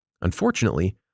Unfortunately